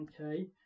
okay